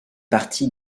partie